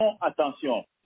attention